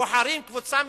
בוחרים קבוצה מסוימת,